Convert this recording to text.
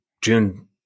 june